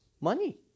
money